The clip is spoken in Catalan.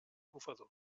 bufador